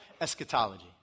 eschatology